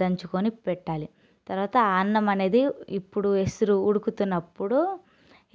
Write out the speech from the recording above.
దంచుకొని పెట్టాలి తర్వాత అన్నం అనేది ఇప్పుడు ఎసురు ఉడుకుతున్నప్పుడు